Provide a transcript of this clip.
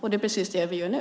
Det är precis det vi gör nu.